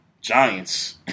Giants